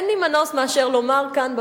אין לי מנוס מאשר לומר כאן,